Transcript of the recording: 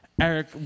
Eric